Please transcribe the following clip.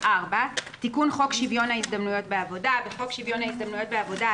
תיקון חוק שוויון הזדמנויות בעבודה בחוק שוויון הזדמנויות בעבודה,